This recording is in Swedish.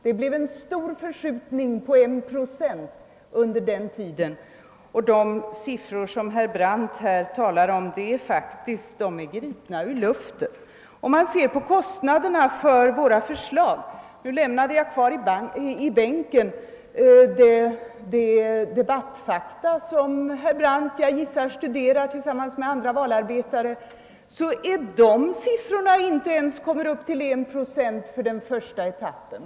Det blev en stor förskjutning — på 1 procent — under den tiden. De siffror som herr Brandt nämnde är faktiskt gripna ur luften. Nu glömde jag tyvärr kvar i bänken de »Debattfakta» som jag gissar att herr Brandt studerar tillsammans med andra valarbetare. Men om man ser på kostnaderna för våra förslag, så visar det sig att man inte kommer upp till ens 1 procent för den första etappen.